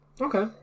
Okay